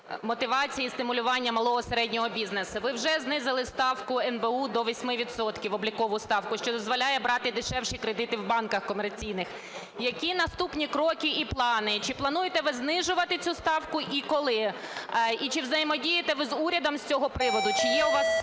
мотивації стимулювання малого, середнього бізнесу. Ви вже знизили ставку НБУ до 8 відсотків, облікову ставку, що дозволяє брати дешевші кредити в банках комерційних. Які наступні кроки і плани? Чи плануєте ви знижувати цю ставку і коли? І чи взаємодієте ви урядом з цього приводу? Чи є у вас